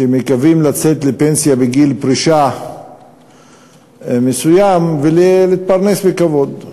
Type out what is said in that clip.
שמקווים לצאת לפנסיה בגיל פרישה מסוים ולהתפרנס בכבוד.